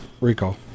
Recall